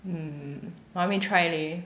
mm 我还没 try leh